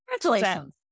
Congratulations